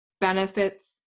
benefits